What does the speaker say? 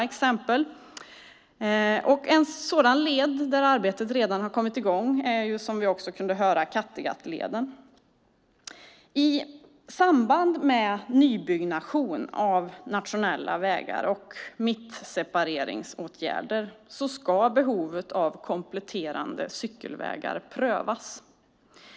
En led där arbetet redan har kommit i gång är, som vi också kunde höra, Kattegattleden. I samband med nybyggnation av nationella vägar och mittsepareringsåtgärder ska behovet av kompletterande cykelvägar prövas.